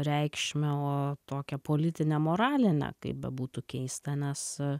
reikšmę o tokią politinę moralinę kaip bebūtų keista nes